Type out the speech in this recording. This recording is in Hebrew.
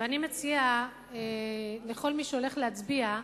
אני מציעה לכל מי שהולך להצביע,